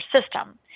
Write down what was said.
system